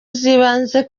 z’ibanze